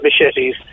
machetes